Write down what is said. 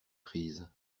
prise